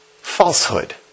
falsehood